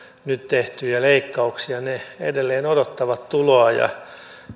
nyt tehtyjä leikkauksia ne edelleen odottavat tuloaan ja